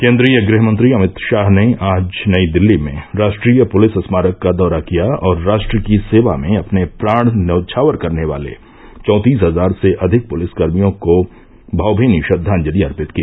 केन्द्रीय गृह मंत्री अमित शाह ने आज नई दिल्ली में राष्ट्रीय पुलिस स्मारक का दौरा किया और राष्ट्र की सेवा में अपने प्राण न्यौछावर करने वाले चौंतीस हजार से अधिक पुलिसकर्मियों को भावमीनी श्रद्वांजलि अर्पित की